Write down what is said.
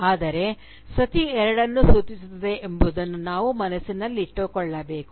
ಆದರೆ ಸತಿ ಎರಡನ್ನೂ ಸೂಚಿಸುತ್ತದೆ ಎಂಬುದನ್ನು ನಾವು ಮನಸ್ಸಿನಲ್ಲಿಟ್ಟುಕೊಳ್ಳಬೇಕು